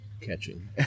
catching